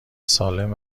سالم